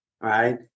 right